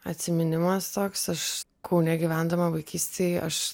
atsiminimas toks aš kaune gyvendama vaikystėj aš